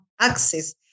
access